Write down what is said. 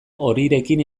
horirekin